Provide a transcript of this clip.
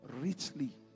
Richly